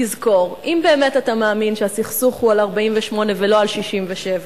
תזכור: אם באמת אתה מאמין שהסכסוך הוא על 1948 ולא על 1967,